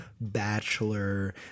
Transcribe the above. bachelor